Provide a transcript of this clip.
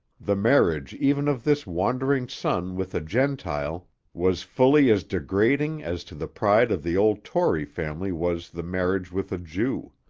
the marriage even of this wandering son with a gentile was fully as degrading as to the pride of the old tory family was the marriage with a jew.